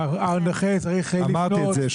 הנכה צריך לפנות --- אמרתי את זה,